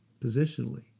positionally